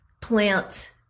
plant